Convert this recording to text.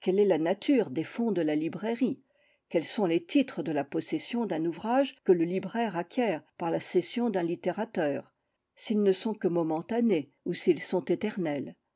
quelle est la nature des fonds de la librairie quels sont les titres de la possession d'un ouvrage que le libraire acquiert par la cession d'un littérateur s'ils ne sont que momentanés ou s'ils sont éternels